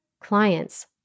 clients